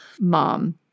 mom